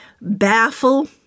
baffle